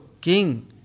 king